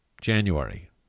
January